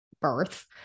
birth